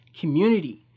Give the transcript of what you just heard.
community